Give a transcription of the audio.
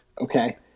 Okay